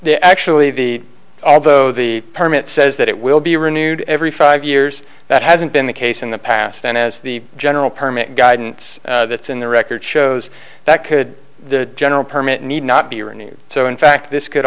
they actually be although the permit says that it will be renewed every five years that hasn't been the case in the past and as the general permit guidance it's in the record shows that could the general permit need not be renewed so in fact this could